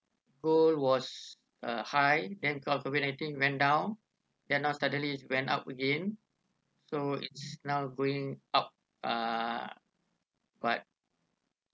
gold was uh high then co~ COVID nineteen went down then now suddenly is went up again so it's now going up uh but